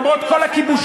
למרות כל הכיבושים,